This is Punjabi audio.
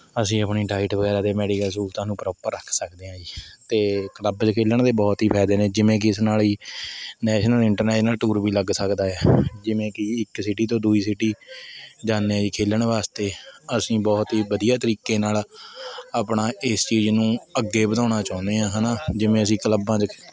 ਅਸੀਂ ਆਪਣੀ ਡਾਇਟ ਵਗੈਰਾ ਅਤੇ ਮੈਡੀਕਲ ਸਹੂਲਤਾਂ ਨੂੰ ਪ੍ਰੋਪਰ ਰੱਖ ਸਕਦੇ ਹਾਂ ਜੀ ਅਤੇ ਕਲੱਬ 'ਚ ਖੇਡਣ ਦੇ ਬਹੁਤ ਹੀ ਫਾਇਦੇ ਨੇ ਜਿਵੇਂ ਕੀ ਇਸ ਨਾਲ ਜੀ ਨੈਸ਼ਨਲ ਇੰਟਰਨੈਸ਼ਨਲ ਟੂਰ ਵੀ ਲੱਗ ਸਕਦਾ ਹੈ ਜਿਵੇਂ ਕੀ ਇੱਕ ਸਿਟੀ ਤੋਂ ਦੁਜੀ ਸਿਟੀ ਜਾਂਦੇ ਹਾਂ ਜੀ ਖੇਡਣ ਵਾਸਤੇ ਅਸੀਂ ਬਹੁਤ ਹੀ ਵਧੀਆ ਤਰੀਕੇ ਨਾਲ ਆਪਣਾ ਇਸ ਚੀਜ ਨੂੰ ਅੱਗੇ ਵਧਾਉਣਾ ਚਾਹੁੰਦੇ ਹਾਂ ਹੈ ਨਾ ਜਿਵੇਂ ਅਸੀਂ ਕਲੱਬਾਂ 'ਚ